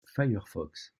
firefox